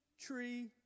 tree